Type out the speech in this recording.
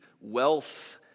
wealth